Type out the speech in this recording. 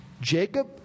Jacob